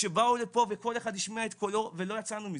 שבאו לפה וכל אחד השמיע את קולו ולא יצאנו מזה.